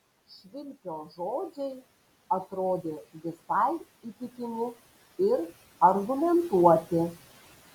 švilpio žodžiai atrodė visai įtikimi ir argumentuoti